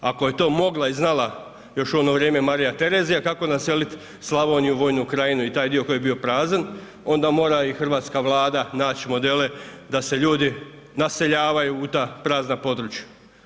Ako je to mogla i znala još u ono vrijeme Marija Terezija kako naselit Slavoniju, Vojnu krajinu i taj dio koji je bio prazan, onda mora i hrvatska Vlada naći modele da se ljudi naseljavaju u ta prazna područja.